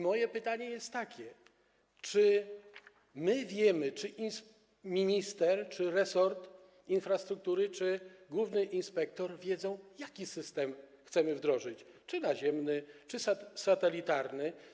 Moje pytanie jest takie: Czy my wiemy, czy minister czy resort infrastruktury, czy główny inspektor wiedzą, jaki system chcemy wdrożyć - czy naziemny, czy satelitarny?